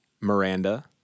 Miranda